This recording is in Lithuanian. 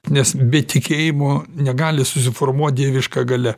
nes be tikėjimo negali susiformuoti dieviška galia